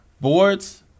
boards